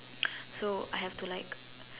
so I have to like